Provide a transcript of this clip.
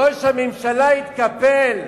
ראש הממשלה התקפל.